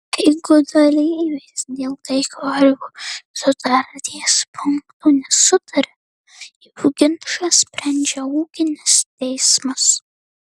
jeigu dalyvės dėl kai kurių sutarties punktų nesutaria jų ginčą sprendžia ūkinis teismas